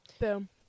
Boom